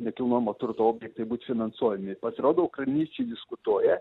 nekilnojamo turto objektai būt finansuojami pasirodo ukrainiečiai diskutuoja